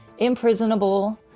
imprisonable